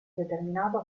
determinato